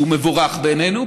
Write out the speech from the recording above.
שהוא מבורך בעינינו,